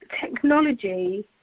technology